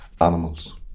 animals